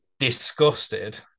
disgusted